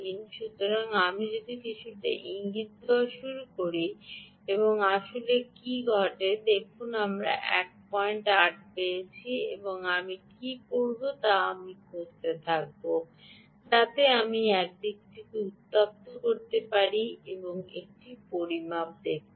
সুতরাং আমি যদি কিছুটা ইঙ্গিত দেওয়া শুরু করি এবং আসলে কী ঘটে তা দেখুন দেখুন আমি 18 পেয়েছি এবং আমি কী করব তা আমি ঘষতে থাকব যাতে আমি এই দিকটি উত্তপ্ত করি এবং অন্য একটি পরিমাপ দেখতে পাই